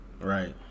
Right